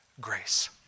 grace